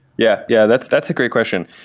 yeah. yeah that's that's a great question.